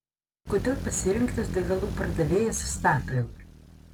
kodėl pasirinktas degalų pardavėjas statoil